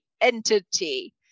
entity